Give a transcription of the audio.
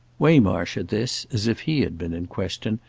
waymarsh, at this, as if he had been in question,